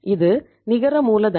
இது நிகர மூலதனம்